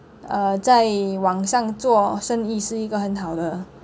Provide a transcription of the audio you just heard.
uh 在网上做生意是一个很好的